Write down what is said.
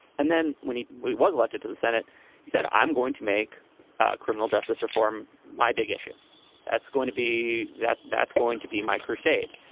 and then when he was elected to the senate, he said, i'm going to make criminal justice reform. my big issue that's going to be that that's going to be my crusade.